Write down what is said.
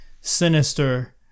sinister